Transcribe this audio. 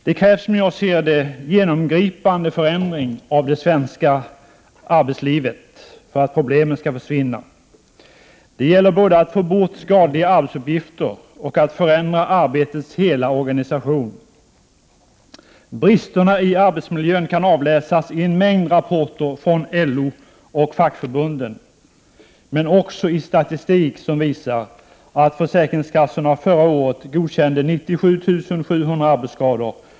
Det krävs, som jag ser det, en genomgripande förändring av det svenska arbetslivet för att problemen skall försvinna. Det gäller både att få bort skadliga arbetsuppgifter och att förändra arbetets hela organisation. Bristerna i arbetsmiljön kan avläsas i en mängd rapporter från LO och fackförbunden men också i statistik som visar att försäkringskassorna förra året godkände 97 700 arbetsskador.